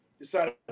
decided